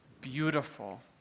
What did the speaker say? beautiful